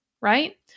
right